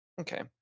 okay